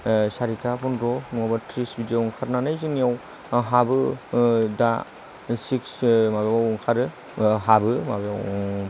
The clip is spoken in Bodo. सारिथा फन्द्र नङाबा थ्रिस बिदियाव ओंखारनानै जोंनियाव हाबो दा सिक्स माबायाव ओंखारो हाबो माबायाव